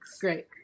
Great